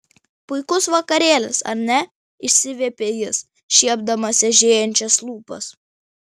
puikus vakarėlis ar ne išsiviepė jis šiepdamas eižėjančias lūpas